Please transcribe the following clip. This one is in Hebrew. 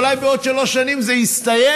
אולי בעוד שלוש שנים זה יסתיים,